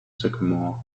sycamore